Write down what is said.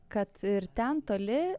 kad ir ten toli